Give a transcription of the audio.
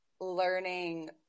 learning